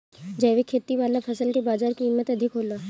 जैविक खेती वाला फसल के बाजार कीमत अधिक होला